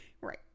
Right